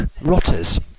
Rotters